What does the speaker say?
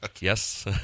yes